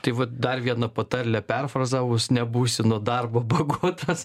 tai vat dar viena patarlė perfrazavus nebūsi nuo darbo bagotas